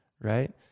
Right